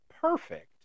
perfect